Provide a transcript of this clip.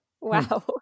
Wow